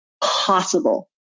possible